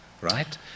right